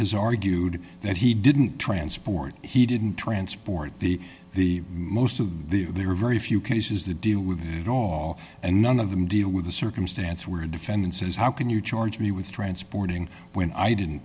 has argued that he didn't transport he didn't transport the the most of the there are very few cases the deal with it all and none of them deal with the circumstance where a defendant says how can you charge me with transporting when i didn't